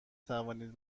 توانید